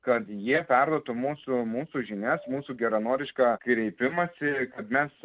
kad jie perduotų mūsų mūsų žinias mūsų geranorišką kreipimąsi kad mes